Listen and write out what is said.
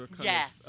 Yes